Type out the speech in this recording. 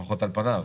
לפחות על פניו,